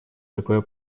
такое